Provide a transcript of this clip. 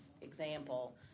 example